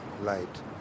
light